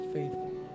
Faithful